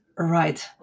Right